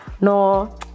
No